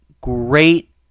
great